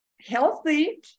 healthy